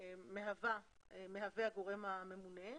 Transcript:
שמהווה הגורם הממונה,